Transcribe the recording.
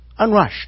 Unrushed